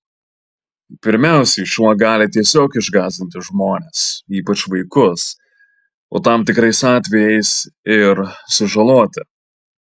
pirmiausiai šuo gali tiesiog išgąsdinti žmones ypač vaikus o tam tikrais atvejais ir sužaloti